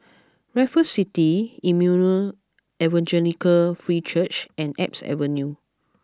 Raffles City Emmanuel Evangelical Free Church and Alps Avenue